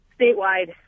Statewide